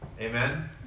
Amen